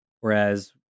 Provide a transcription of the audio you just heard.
Whereas